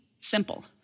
simple